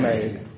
made